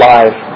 Live